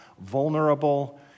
vulnerable